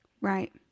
Right